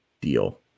deal